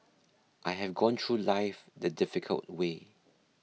I have gone through life the difficult way